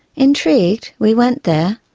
intrigued, we went there,